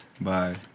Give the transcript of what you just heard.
Bye